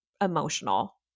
emotional